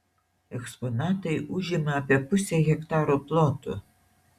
eksponatai užima apie pusę hektaro ploto